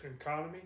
economy